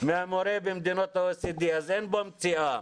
ממורה במדינות ה-OECD, אז אין בו מציאה.